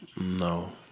No